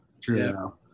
True